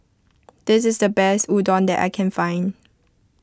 this is the best Udon that I can find